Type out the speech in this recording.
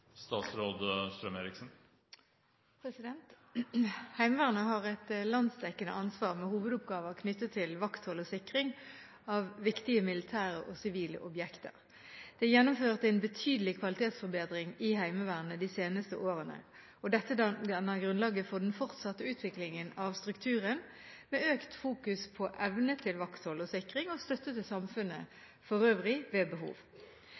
Heimevernet har et landsdekkende ansvar med hovedoppgaver knyttet til vakthold og sikring av viktige militære og sivile objekter. Det er gjennomført en betydelig kvalitetsforbedring i Heimevernet de seneste årene. Dette danner grunnlaget for den fortsatte utviklingen av strukturen med økt fokus på evne til vakthold og sikring, og støtte til samfunnet for øvrig ved behov.